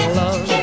love